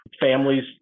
families